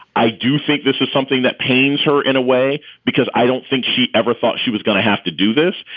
i do think this is something that pains her in a way, because i don't think she ever thought she was going to have to do this.